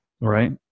Right